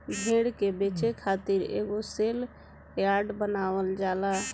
भेड़ के बेचे खातिर एगो सेल यार्ड बनावल जाला